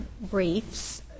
briefs